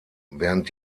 während